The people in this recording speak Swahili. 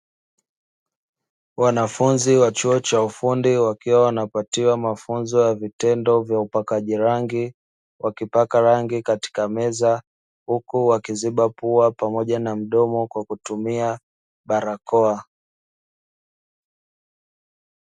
Wanafunzi wa chuo cha ufundi wakiwa wanapatiwa mafunzo ya vitendo ya upakaji rangi, wakipaka rangi katika meza huku wakiziba pua pamoja na midomo kwa kutumia barakoa.